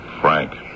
Frank